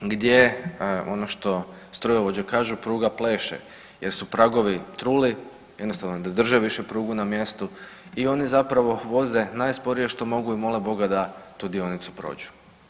gdje ono što strojovođe kažu pruga pleše jer su pragovi truli, jednostavno ne drže više prugu na mjestu i oni zapravo voze najsporije što mogu i mole Boga da tu dionicu prođu.